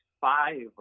five